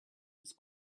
was